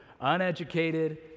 uneducated